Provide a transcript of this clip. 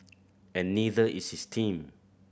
and neither is his team